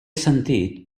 sentit